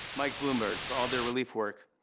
mike bloomberg for all their relief work,